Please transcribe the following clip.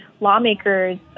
lawmakers